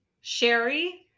Sherry